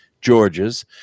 georgia's